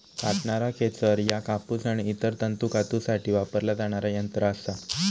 कातणारा खेचर ह्या कापूस आणि इतर तंतू कातूसाठी वापरला जाणारा यंत्र असा